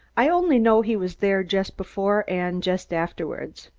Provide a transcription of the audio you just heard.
i only know he was there just before and just afterward.